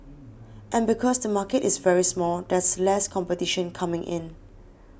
and because the market is very small there's less competition coming in